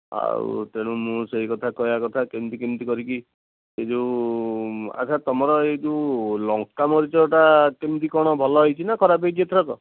ଆଉ ତେଣୁ ମୁଁ ସେହି କଥା କହିବା କଥା କେମିତି କେମିତି କରିକି ଏ ଯେଉଁ ଆଚ୍ଛା ତୁମର ଏ ଯେଉଁ ଲଙ୍କା ମରୀଚଟା କେମିତି କ'ଣ ଭଲ ହୋଇଛି ନା ଖରାପ ହୋଇଛି ଏଥରକ